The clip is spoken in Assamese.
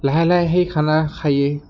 লাহে লাহে সেই খানা খায়ে